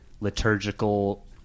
liturgical